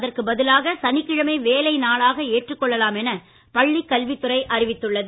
அதற்கு பதிலாக சனிக்கிழமை வேலை நாளாக ஏற்றுக் கொள்ளலாம் என பள்ளிக் கல்வித்துறை அறிவுறுத்தி உள்ளது